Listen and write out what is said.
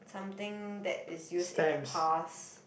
something that is used in the past